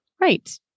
Right